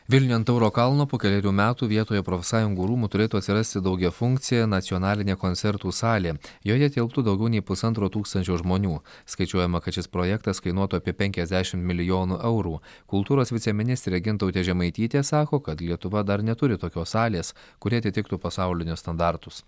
vilniuje ant tauro kalno po kelerių metų vietoje profsąjungų rūmų turėtų atsirasti daugiafunkcė nacionalinė koncertų salė joje tilptų daugiau nei pusantro tūkstančio žmonių skaičiuojama kad šis projektas kainuotų apie penkiasdešim milijonų eurų kultūros viceministrė gintautė žemaitytė sako kad lietuva dar neturi tokios salės kuri atitiktų pasaulinius standartus